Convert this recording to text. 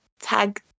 tag